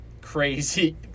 crazy